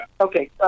Okay